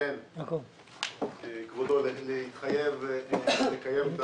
לקיים את